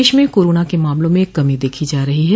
प्रदेश में कोरानो के मामलों में कमी देखी जा रही है